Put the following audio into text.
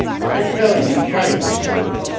i tell ye frankly, sirs,